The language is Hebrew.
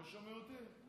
לא שומעים אותך.